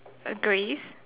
uh grace